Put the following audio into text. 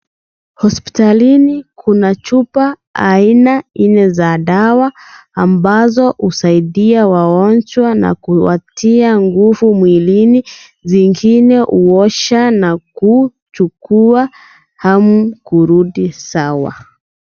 Hospitalini kuna chupa aina nne za dawa ambazo husaidia wagonjwa na kuwatia nguvu mwilini. Zingine huosha na kuchukua hamu kurudi sawa.